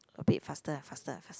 a bit faster ah faster fast